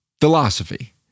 philosophy